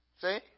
See